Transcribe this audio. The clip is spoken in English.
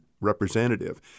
representative